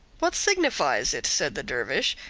what signifies it, said the dervish,